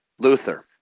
luther